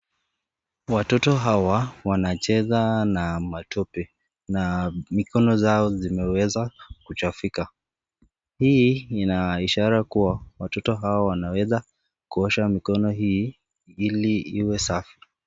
Watoto hawa wanacheza na matope ,na mikono zao zimeweza kuchafika ,hii inaishara kuwa watoto hawa wanaweza kuosha mikono hii ili iwe safi.